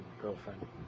girlfriend